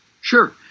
Sure